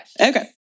okay